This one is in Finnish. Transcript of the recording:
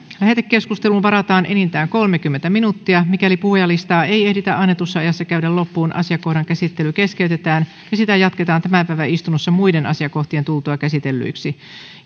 lähetekeskusteluun varataan enintään kolmekymmentä minuuttia mikäli puhujalistaa ei ehditä annetussa ajassa käydä loppuun asiakohdan käsittely keskeytetään ja sitä jatketaan tämän päivän istunnossa muiden asiakohtien tultua käsitellyiksi